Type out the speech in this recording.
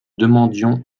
demandions